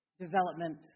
development